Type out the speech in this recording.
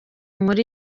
muri